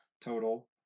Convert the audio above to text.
Total